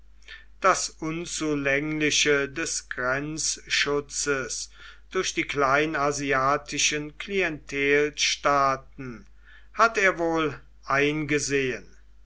das unzulängliche des grenzschutzes durch die kleinasiatischen klientelstaaten hat er wohl eingesehen